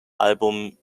album